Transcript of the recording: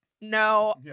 no